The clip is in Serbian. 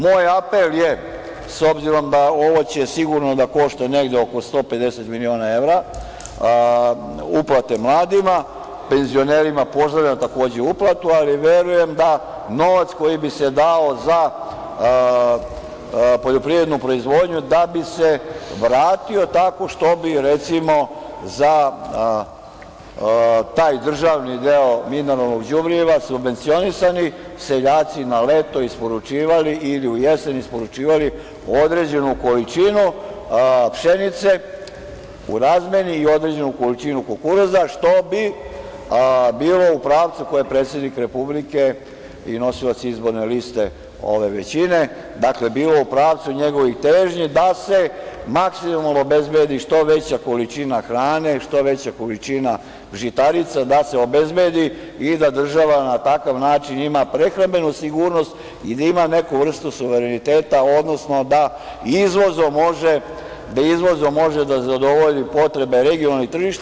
Moj apel je s obzirom da će ovo sigurno da košta negde oko 150 miliona evra uplate mladima, penzionerima pozdravljam takođe uplatu, ali verujem da novac koji bi se dao za poljoprivrednu proizvodnju da bi se vratio tako što bi recimo za taj državni deo mineralnog đubriva subvencionisani seljaci na leto isporučivali ili u jesen određenu količinu pšenice u razmeni i određenu količinu kukuruza, što bi bilo u pravcu koji je predsednik Republike i nosilac izborne liste ove većine, bilo u pravcu njegovih težnji da se maksimalno obezbedi što veća količina hrane, što veća količina žitarica, da se obezbedi i da država na takav način ima prehrambenu sigurnost i da ima neku vrstu suvereniteta, odnosno da izvozom može da zadovolji potrebe regionalnih tržišta.